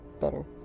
better